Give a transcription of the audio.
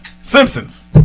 Simpsons